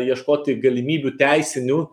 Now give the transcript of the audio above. ieškoti galimybių teisinių